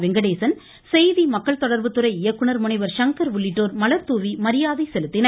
வெங்கடேசன் செய்தி மக்கள் தொடர்புத்துறை இயக்குநர் முனைவர் சங்கர் உள்ளிட்டோர் மலர்தூவி மரியாதை செலுத்தின்